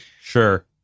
Sure